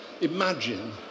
imagine